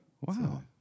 Wow